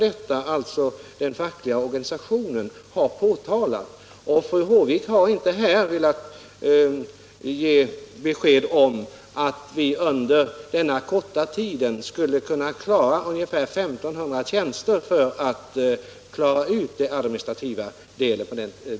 De anställdas fackliga organisation har påtalat svårigheterna, och fru Håvik har inte velat ge besked om hur man skulle kunna disponera ungefär 1 500 tjänster för att klara de administrativa uppgifterna.